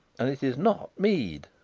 and it is not mead.